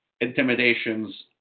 intimidations